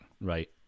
right